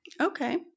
Okay